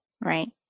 Right